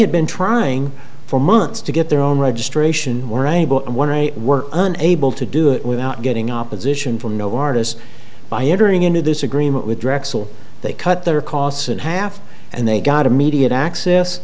had been trying for months to get their own registration were able and when i were unable to do it without getting opposition from no artist by entering into this agreement with drexel they cut their costs in half and they got immediate access